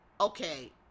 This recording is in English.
okay